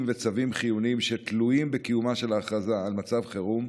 וצווים חיוניים שתלויים בקיומה של ההכרזה על מצב חירום,